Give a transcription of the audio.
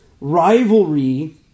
rivalry